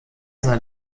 sei